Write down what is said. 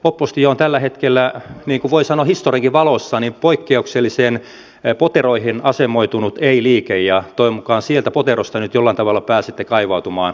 oppositio on tällä hetkellä niin kuin voi sanoa historiankin valossa poikkeuksellisella tavalla poteroihin asemoitunut ei liike ja toivon mukaan sieltä poteroista nyt jollain tavalla pääsette kaivautumaan pois